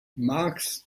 magst